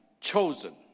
chosen